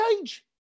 age